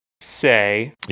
say